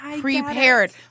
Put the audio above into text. prepared